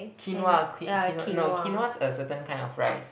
quinoa que~ no quinoa is a certain kind of rice